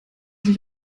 sich